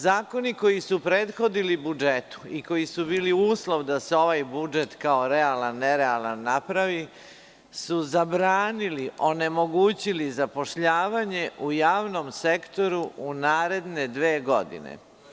Zakoni koji su prethodili budžetu, koji su bili uslov da se ovaj budžet kao realan-nerealan napravi, su zabranili, onemogućili zapošljavanje u javnom sektoru u naredne dve godine.